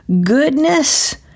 goodness